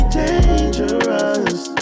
dangerous